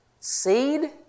seed